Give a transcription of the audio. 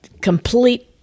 complete